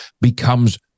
becomes